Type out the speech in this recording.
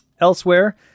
Elsewhere